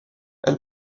elle